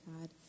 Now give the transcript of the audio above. God